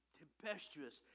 tempestuous